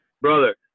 Brother